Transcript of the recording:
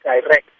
direct